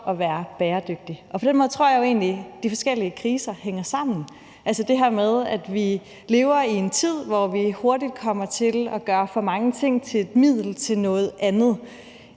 at være bæredygtig. På den måde tror jeg egentlig de forskellige kriser hænger sammen – altså det her med, at vi lever i en tid, hvor vi hurtigt kommer til at gøre for mange ting til et middel til noget andet.